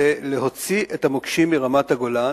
להוצאת המוקשים ברמת-הגולן.